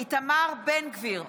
איתמר בן גביר,